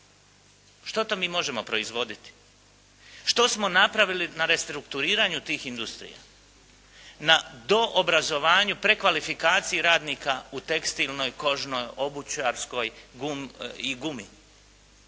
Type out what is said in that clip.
Što to mi možemo proizvoditi? Što smo napravili na restrukturiranju tih industrija? Na doobrazovanju prekvalifikaciji radnika u tekstilnoj, kožnoj, obućarsko i gumi?